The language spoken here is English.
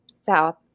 South